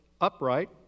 upright